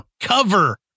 cover